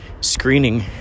screening